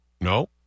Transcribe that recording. no